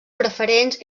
preferents